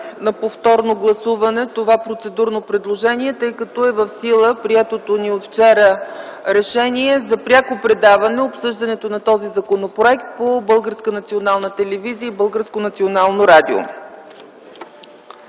на повторно гласуване това процедурно предложение, тъй като е в сила приетото ни вчера решение за пряко предаване на обсъждането на този законопроект по Българската